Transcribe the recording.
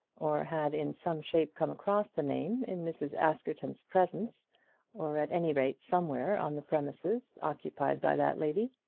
or had in some shape come across the name in mrs. askerton's presence or at any rate somewhere on the premises occupied by that lady.